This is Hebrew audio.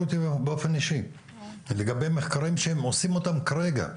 איתי באופן אישי לגבי מחקרים שהם עושים אותם כרגע,